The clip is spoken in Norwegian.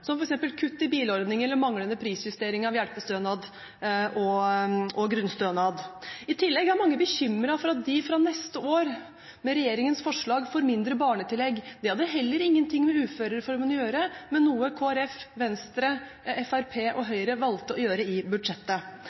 som f.eks. kutt i bilordningen eller manglende prisjustering av hjelpestønad og grunnstønad. I tillegg er mange bekymret for at de fra neste år, med regjeringens forslag, får mindre barnetillegg. Det hadde heller ingen ting med uførereformen å gjøre, men noe Kristelig Folkeparti, Venstre, Fremskrittspartiet og Høyre valgte å gjøre i budsjettet.